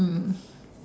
mm